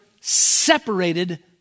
separated